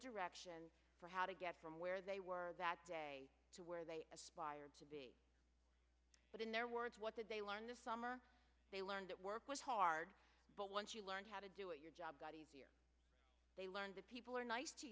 direction for how to get from where they were that day to where they aspired to be but in their words what did they learn this summer they learned that work was hard but once you learned how to do it your job they learned that people are nice to